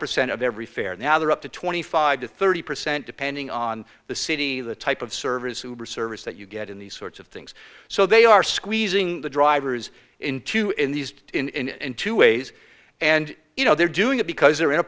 percent of every fare and now they're up to twenty five to thirty percent depending on the city the type of service who are service that you get in these sorts of things so they are squeezing the drivers into in these in two ways and you know they're doing it because they're in a